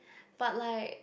but like